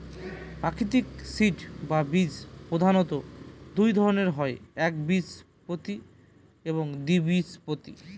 প্রাকৃতিক সিড বা বীজ প্রধানত দুই ধরনের হয় একবীজপত্রী এবং দ্বিবীজপত্রী